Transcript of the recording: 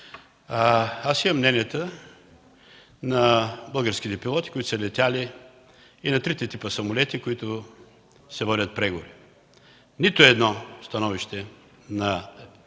Имам мненията на българските пилоти, които са летели и на трите типа самолети, за които се водят преговори. В нито едно становище на пилоти,